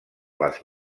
les